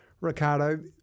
Ricardo